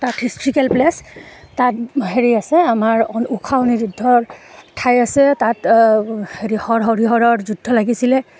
তাত historical place তাত হেৰি আছে আমাৰ ঊষা অনিৰুদ্ধৰ ঠাই আছে তাত হেৰি সৰ হৰি হৰৰ যুদ্ধ লাগিছিলে